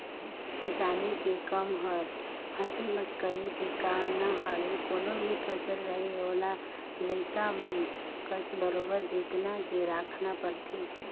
किसानी के कम हर हंसी मसकरी के काम न हवे कोनो भी फसल रहें ओला लइका मन कस बरोबर जेतना के राखना परथे